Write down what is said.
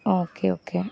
okay okay